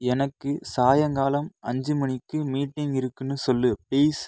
எனக்கு சாயங்காலம் அஞ்சு மணிக்கு மீட்டிங் இருக்குன்னு சொல் ப்ளீஸ்